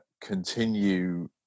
continue